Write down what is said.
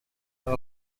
are